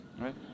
right